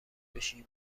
بشی